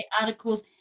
articles